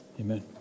amen